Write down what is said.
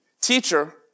Teacher